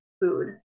food